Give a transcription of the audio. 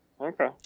Okay